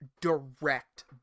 direct